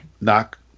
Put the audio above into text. knock